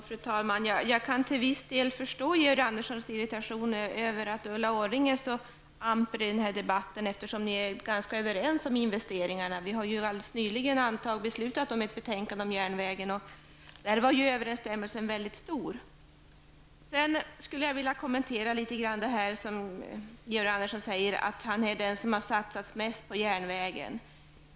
Fru talman! Jag kan till viss del förstå Georg Anderssons irritation över att Ulla Orring är så amper i debatten, eftersom ni är ganska överens om investeringarna. Vi har alldeles nyss beslutat om ett betänkande om järnvägen, och där var överensstämmelsen mycket stor. Sedan skulle jag vilja kommentera vad Georg Andersson sade om att han är den som satsat mest på järnvägen.